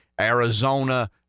Arizona